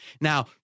Now